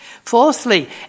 Fourthly